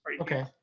Okay